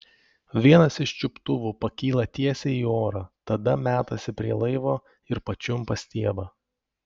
vienas iš čiuptuvų pakyla tiesiai į orą tada metasi prie laivo ir pačiumpa stiebą